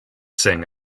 sing